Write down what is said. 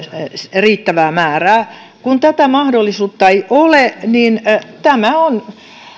riittävää määrää kun tätä mahdollisuutta ei ole niin tämä on